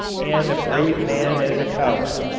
and a brave man as a coward.